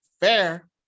fair